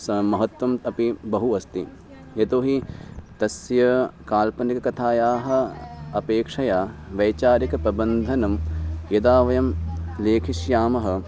सः महत्त्वम् अपि बहु अस्ति यतो हि तस्याः काल्पनिककथायाः अपेक्षया वैचारिकप्रबन्धनं यदा वयं लेखिष्यामः